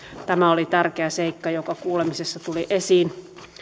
tämä oli tärkeä seikka joka kuulemisissa tuli esiin